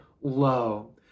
low